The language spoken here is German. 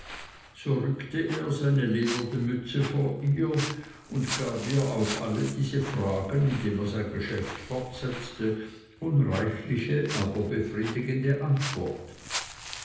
so rückte er seine lederne mütze vor ihr und gab ihr auf alle diese fragen indem er sein geschäft fortsetzte unreichliche aber befriedigende antwort